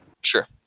Sure